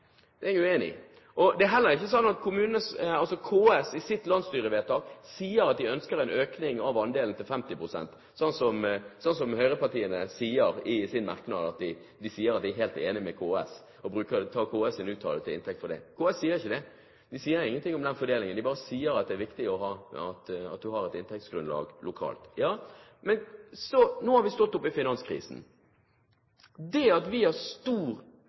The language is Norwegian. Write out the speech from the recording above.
det er jeg uenig i. Det er heller ikke sånn at KS i sitt landsstyrevedtak sier at de ønsker en økning av andelen til 50 pst., som høyrepartiene i sin merknad sier at de er helt enige med KS i, og tar KS’ uttalelser til inntekt for det. KS sier ikke det, de sier ingenting om den fordelingen. De sier bare at det er viktig at en har et inntektsgrunnlag lokalt. Nå har vi stått oppe i finanskrisen. Det at vi